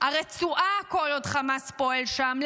הרצועה כל עוד חמאס פועל שם.